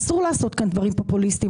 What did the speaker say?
אסור לעשות כאן דברים פופוליסטים,